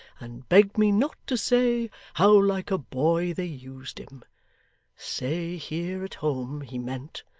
and begged me not to say how like a boy they used him say here, at home, he meant,